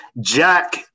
Jack